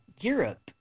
Europe